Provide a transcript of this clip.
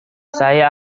saya